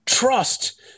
trust